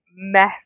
mess